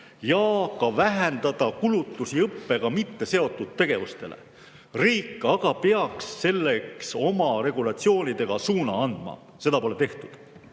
– ja vähendada ka kulutusi õppega mitteseotud tegevustele. Riik aga peaks selleks oma regulatsioonidega suuna andma. Seda pole